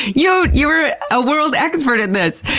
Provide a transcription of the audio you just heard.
yeah you are a world expert in this!